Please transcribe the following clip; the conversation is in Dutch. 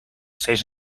steeds